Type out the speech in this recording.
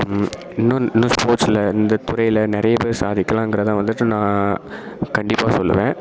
இன்னும் இன்னும் ஸ்போர்ட்ஸில் இந்தத் துறையில் நிறைய பேர் சாதிக்கலாங்கிறதை வந்துவிட்டு நான் கண்டிப்பாக சொல்லுவேன்